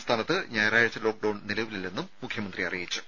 സംസ്ഥാനത്ത് ഞായറാഴ്ച ലോക്ഡൌൺ നിലവിലില്ലെന്നും മുഖ്യമന്ത്രി അറിയിച്ചു